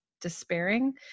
despairing